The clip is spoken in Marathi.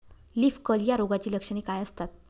लीफ कर्ल या रोगाची लक्षणे काय असतात?